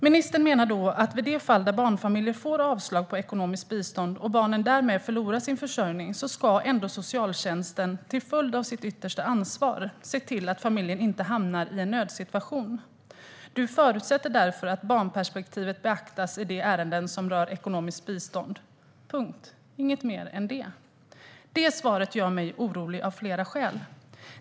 Ministern menar då att i de fall där barnfamiljer får avslag på ekonomiskt bistånd och barnen därmed förlorar sin försörjning ska ändå socialtjänsten till följd av sitt yttersta ansvar se till att familjen inte hamnar i en nödsituation. Ministern förutsätter därför att barnperspektivet beaktas i de ärenden som rör ekonomiskt bistånd - punkt. Det sägs inget mer än det. Detta svar gör mig orolig av flera skäl.